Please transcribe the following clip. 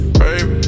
baby